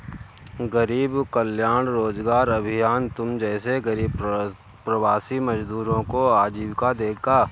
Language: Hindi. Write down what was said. गरीब कल्याण रोजगार अभियान तुम जैसे गरीब प्रवासी मजदूरों को आजीविका देगा